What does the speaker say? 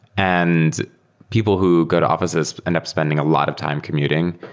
and people who go to offi ces end up spending a lot of time commuting,